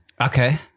Okay